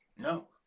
No